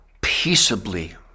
peaceably